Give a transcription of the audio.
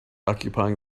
occupying